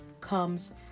comes